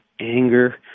anger